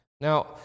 Now